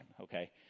okay